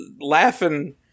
laughing